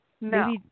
No